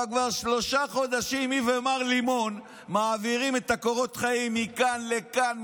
אבל כבר שלושה חודשים היא ומר לימון מעבירים את קורות החיים מכאן לכאן,